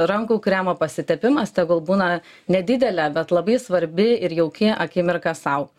rankų kremo pasitepimas tegul būna nedidelė bet labai svarbi ir jauki akimirka sau